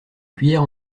cuillère